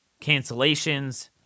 cancellations